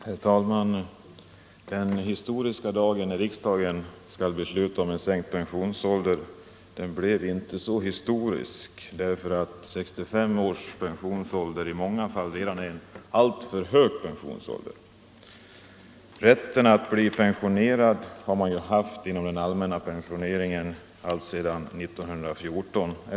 Herr talman! Den ”historiska dag” när riksdagen skulle besluta om = Sänkning av den en sänkt pensionsålder blev inte så historisk, eftersom redan 65 år i många — allmänna pensionsfall är en alltför hög pensionsålder. Rätten att bli pensionerad vid fyllda — åldern, m.m. 67 år har funnits inom den allmänna pensioneringen alltsedan 1914.